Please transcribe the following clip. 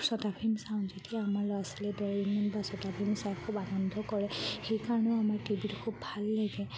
চটা ভীম চাম যেতিয়া আমাৰ ল'ৰা ছোৱালী ডৰেমন বা চটা ভীম চাই খুব আনন্দ কৰে সেইকাৰণেও আমাৰ টি ভিটো খুব ভাল লাগে